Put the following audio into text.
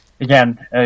again